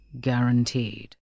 guaranteed